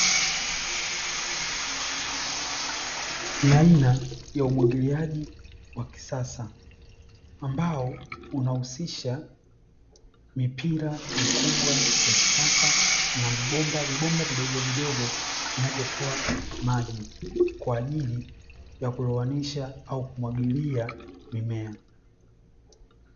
Ni aina ya umwagiliaji wa kisasa ambao unahusisha mipira mikubwa ya kisasa na vibombavibomba vidogovidogo vinavyotoa maji, kwa ajili ya kuloanisha au kumwagilia mimea.